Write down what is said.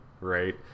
right